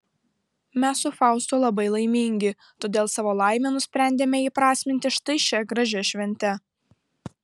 mes su faustu labai laimingi todėl savo laimę nusprendėme įprasminti štai šia gražia švente